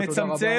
תודה רבה.